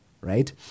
right